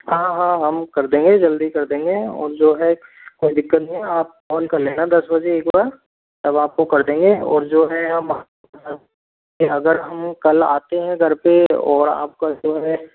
हाँ हाँ हाँ हम कर देंगे जल्दी कर देंगे और जो है कोई दिक्कत नहीं आप कॉल कर लेना दस बजे एक बार तब आपको कर देंगे और जो है अगर हम कल आते हैं घर पर और आपका जो है